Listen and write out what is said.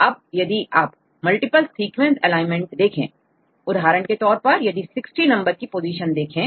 तो अब यदि आप मल्टीप्ल सीक्वेंस एलाइनमेंट देखें उदाहरण के तौर पर यदि 60 नंबर की पोजीशन देखें